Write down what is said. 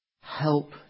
help